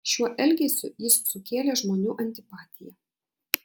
šiuo elgesiu jis sukėlė žmonių antipatiją